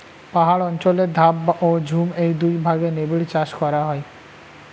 পাহাড় অঞ্চলে ধাপ ও ঝুম এই দুই ভাগে নিবিড় চাষ করা হয়